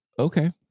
Okay